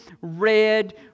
red